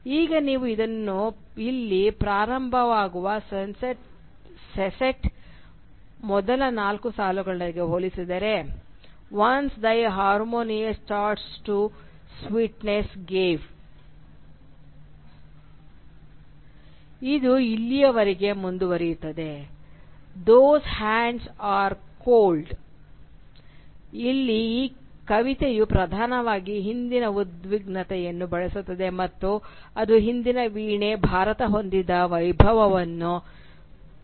ಈಗ ನೀವು ಇದನ್ನು ಇಲ್ಲಿ ಪ್ರಾರಂಭವಾಗುವ ಸೆಸ್ಟೆಟ್ನ ಮೊದಲ ನಾಲ್ಕು ಸಾಲುಗಳೊಂದಿಗೆ ಹೋಲಿಸಿದರೆ "once thy harmonious chords to sweetness gave " ಮತ್ತು ಇದು ಇಲ್ಲಿಯವರೆಗೆ ಮುಂದುವರಿಯುತ್ತದೆ "ದೋಸ್ ಹ್ಯಾಂಡ್ಸ್ ಆರ್ ಕೋಲ್ಡ್" ಇಲ್ಲಿ ಕವಿತೆಯು ಪ್ರಧಾನವಾಗಿ ಹಿಂದಿನ ಉದ್ವಿಗ್ನತೆಯನ್ನು ಬಳಸುತ್ತದೆ ಮತ್ತು ಅದು ಹಿಂದಿನ ವೀಣೆ ಭಾರತ ಹೊಂದಿದ್ದ ವೈಭವವನ್ನು ಹೇಳುತ್ತದೆ